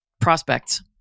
prospects